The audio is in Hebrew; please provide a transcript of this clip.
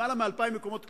יותר מ-2,000 מקומות כליאה.